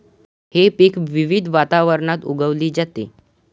हे पीक विविध वातावरणात उगवली जाते